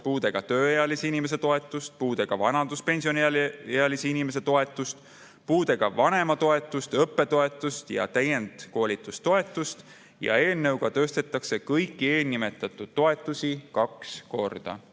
puudega tööealise inimese toetust, puudega vanaduspensioniealise inimese toetust, puudega vanema toetust, õppetoetust ja täienduskoolitustoetust. Eelnõu kohaselt tõstetakse kõiki eelnimetatud toetusi kaks korda.